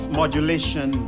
modulation